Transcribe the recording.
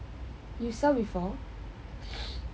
you sell before